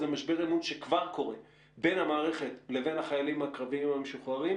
זה משבר אמון שכבר קורה בין המערכת לבין החיילים הקרביים המשוחררים.